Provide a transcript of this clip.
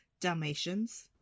Dalmatians